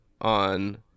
on